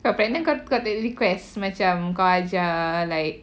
kau pregnant kau tak boleh request macam kau ajar like